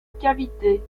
cavité